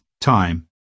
time